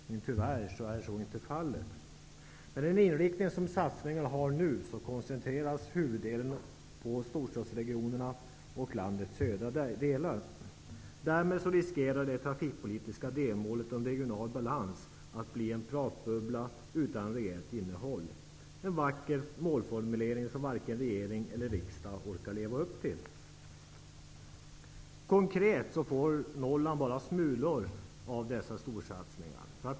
Tyvärr är det inte så. Med den inriktning som satsningarna nu har koncentreras huvuddelen på storstadsregionerna och i södra Sverige. Därmed riskerar det trafikpolitiska delmålet om regional balans att bli en pratbubbla utan rejält innehåll. En vacker målformulering som varken regering eller riksdag orkar leva upp till. Konkret får Norrland bara smulor av dessa storsatsningar.